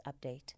update